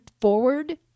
forward